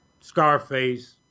Scarface